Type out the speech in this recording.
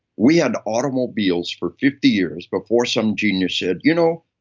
we had automobiles for fifty years before some genius said, you know,